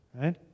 right